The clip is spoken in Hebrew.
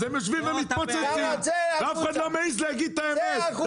אז הם יושבים ומתפוצצים ואף אחד לא מעז להגיד את האמת.